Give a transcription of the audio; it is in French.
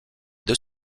deux